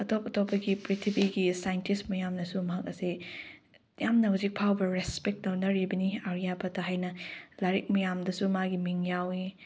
ꯑꯇꯣꯞ ꯑꯇꯣꯞꯄꯒꯤ ꯄ꯭ꯔꯤꯊꯤꯕꯤꯒꯤ ꯁꯥꯏꯟꯇꯤꯁ ꯃꯌꯥꯝꯅꯁꯨ ꯃꯍꯥꯛ ꯑꯁꯦ ꯌꯥꯝꯅ ꯍꯧꯖꯤꯛꯐꯥꯎꯕ ꯔꯦꯁꯄꯦꯛ ꯇꯧꯅꯔꯤꯕꯅꯤ ꯑꯥꯔꯤꯌꯥꯕꯠꯇ ꯍꯥꯏꯅ ꯂꯥꯏꯔꯤꯛ ꯃꯌꯥꯝꯗꯁꯨ ꯃꯥꯒꯤ ꯃꯤꯡ ꯌꯥꯎꯏ